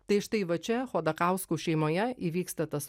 tai štai va čia chodakauskų šeimoje įvyksta tas